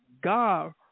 God